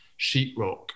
sheetrock